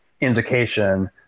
indication